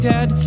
Dad